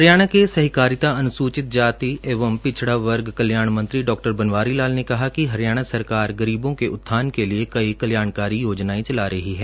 हरियाणा के सहकारिता अनुसूचित जाति एवं पिछड़ा वर्ग कल्याण मंत्री डॉ बनवारी लाल ने कहा कि हरियाणा सरकार गरीबों के उत्थान के लिए कई कल्याणकारी योजनाएं चला रही है